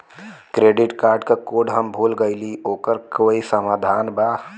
Credit card क code हम भूल गइली ओकर कोई समाधान बा?